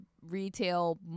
retail